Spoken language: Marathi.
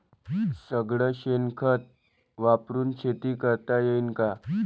सगळं शेन खत वापरुन शेती करता येईन का?